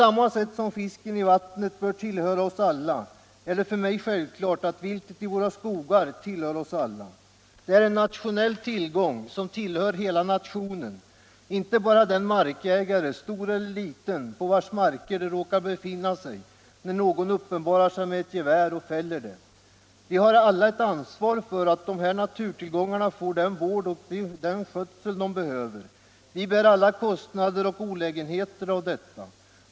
Att viltet i våra skogar tillhör oss alla är för mig lika självklart som att fisken i vattnet tillhör oss alla. Det är en tillgång för hela nationen, inte bara för den markägare, stor eller liten, på vars marker viltet råkar befinna sig när någon uppenbarar sig med ett gevär och fäller det. Vi har alla ett ansvar för att dessa naturtillgångar får den vård och den skötsel de behöver, vi bär alla kostnader och olägenheter i samband med detta.